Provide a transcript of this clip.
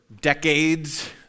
decades